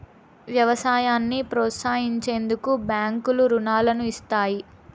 వ్యవసాయాన్ని ప్రోత్సహించేందుకు బ్యాంకులు రుణాలను ఇస్తాయి